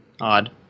Odd